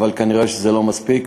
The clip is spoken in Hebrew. אבל כנראה זה לא מספיק.